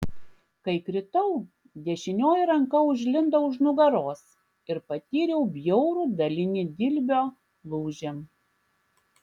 kai kritau dešinioji ranka užlinko už nugaros ir patyriau bjaurų dalinį dilbio lūžį